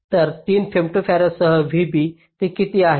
तर 3 फेम्टोफॅरडसह vB ते किती आहे